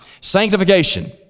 Sanctification